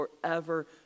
forever